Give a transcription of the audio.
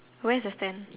where's the stand